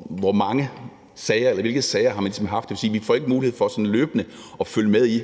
hvor mange sager man har haft, og det vil sige, at vi ikke får mulighed for løbende at følge med i,